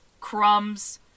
crumbs